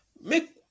make